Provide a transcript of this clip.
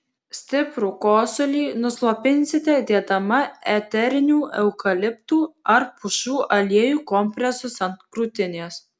stiprų kosulį nuslopinsite dėdama eterinių eukaliptų ar pušų aliejų kompresus ant krūtinės